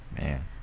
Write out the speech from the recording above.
man